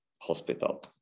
hospital